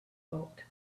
thought